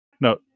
No